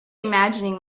imagining